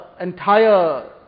entire